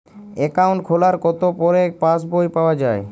Account খোলার কতো পরে পাস বই পাওয়া য়ায়?